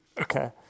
Okay